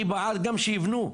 אני בעד גם שייבנו,